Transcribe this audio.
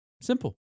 Simple